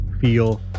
feel